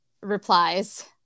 replies